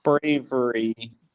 bravery